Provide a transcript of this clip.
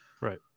right